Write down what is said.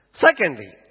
Secondly